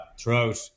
throughout